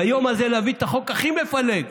ביום הזה להביא את החוק הכי מפלג.